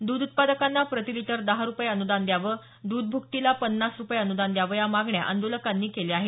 दूध उत्पादकांना प्रति लिटर दहा रुपये अनुदान द्यावं दूध भुकटीला पन्नास रुपये अनुदान द्यावं या मागण्या आंदोलकांनी केल्या आहेत